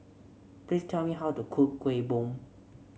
please tell me how to cook Kueh Bom